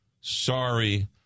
sorry